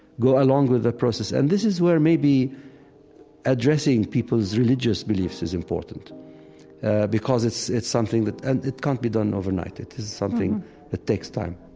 go along with the process, and this is where maybe addressing peoples' religious beliefs is important because it's it's something that and can't be done overnight. it is something that takes time